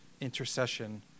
intercession